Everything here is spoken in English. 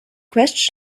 question